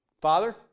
Father